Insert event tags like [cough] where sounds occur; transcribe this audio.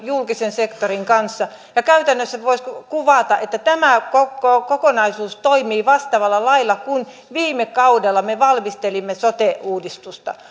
julkisen sektorin kanssa käytännössä voisi kuvata niin että tämä kokonaisuus toimii vastaavalla lailla kuin viime kaudella me valmistelimme sote uudistusta [unintelligible]